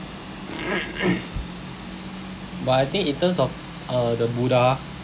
but I think in terms of uh the buddha